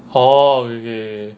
oh okay okay